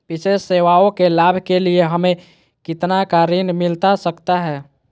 विशेष सेवाओं के लाभ के लिए हमें कितना का ऋण मिलता सकता है?